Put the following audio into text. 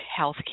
healthcare